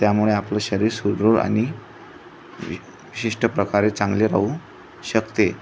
त्यामुळे आपलं शरीर सुदृढ आणि वि विशिष्ट प्रकारे चांगले राहू शकते